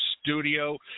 studio